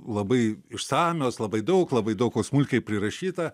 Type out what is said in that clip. labai išsamios labai daug labai daug ko smulkiai prirašyta